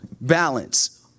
balance